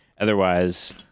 Otherwise